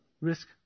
Risk